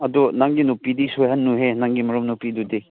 ꯑꯗꯨ ꯅꯪꯒꯤ ꯅꯨꯄꯤꯗꯤ ꯁꯣꯏꯍꯟꯅꯨꯍꯦ ꯅꯪꯒꯤ ꯃꯔꯨꯞ ꯅꯨꯄꯤꯗꯨꯗꯤ